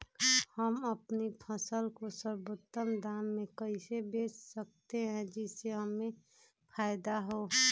हम अपनी फसल को सर्वोत्तम दाम में कैसे बेच सकते हैं जिससे हमें फायदा हो?